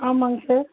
ஆமாங்க சார்